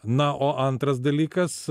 na o antras dalykas